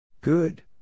Good